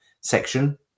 section